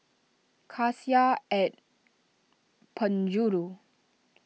Cassia at Penjuru